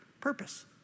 purpose